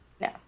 no